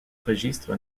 registre